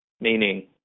Meaning